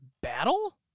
Battle